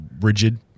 rigid